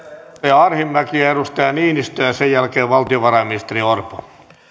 arhinmäki ja edustaja niinistö ja sen jälkeen valtiovarainministeri orpo